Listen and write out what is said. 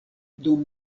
dum